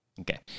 Okay